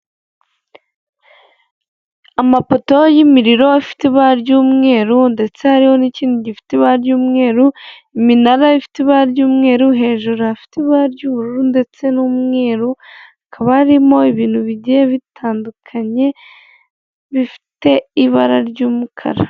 Amapoto y'imiriro afite ibara ry'umweru ndetse hari n'ikindi gifite ibara ry'umweru, iminara ifite ibara ry'umweru, hejuru afite ibara ry'ubururu ndetse n'umweru, hakaba harimo ibintu bigiye bitandukanye bifite ibara ry'umukara.